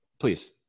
please